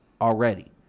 already